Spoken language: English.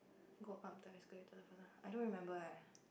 go up the escalator first ah I don't remember eh